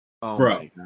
Bro